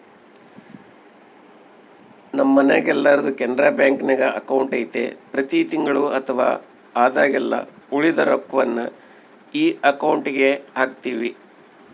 ನಮ್ಮ ಮನೆಗೆಲ್ಲರ್ದು ಕೆನರಾ ಬ್ಯಾಂಕ್ನಾಗ ಅಕೌಂಟು ಐತೆ ಪ್ರತಿ ತಿಂಗಳು ಅಥವಾ ಆದಾಗೆಲ್ಲ ಉಳಿದ ರೊಕ್ವನ್ನ ಈ ಅಕೌಂಟುಗೆಹಾಕ್ತಿವಿ